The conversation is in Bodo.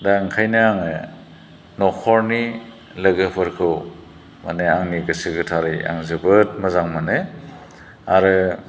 दा ओंखायनो आङो न'खरनि लोगोफोरखौ माने आंनि गोसो गोथारै आं जोबोद मोजां मोनो आरो